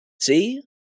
See